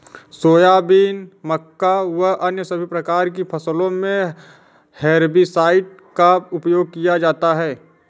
soybean, मक्का व अन्य सभी प्रकार की फसलों मे हेर्बिसाइड का उपयोग किया जाता हैं